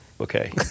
Okay